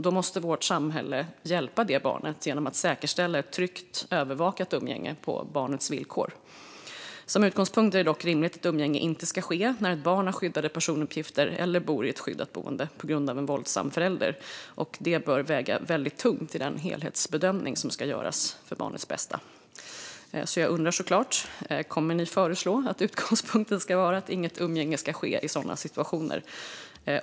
Då måste vårt samhälle hjälpa barnet genom att säkerställa ett tryggt, övervakat umgänge på barnets villkor. Som utgångspunkt är det dock rimligt att umgänge inte ska ske när ett barn har skyddade personuppgifter eller bor i ett skyddat boende på grund av en våldsam förälder. Det bör väga väldigt tungt i den helhetsbedömning som ska göras för barnets bästa. Jag undrar såklart: Kommer regeringen att föreslå att utgångspunkten ska vara att inget umgänge ska ske i sådana situationer?